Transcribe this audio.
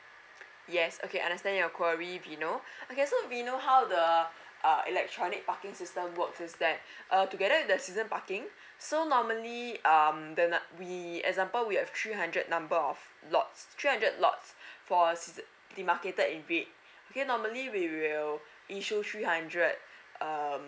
yes okay I understand your query vino okay so vino how the uh electronic parking system works is that err together the season parking so normally um the num~ we example we have three hundred number of lots three hundred lots for a se~ they marked it in red okay normally we will issue three hundred err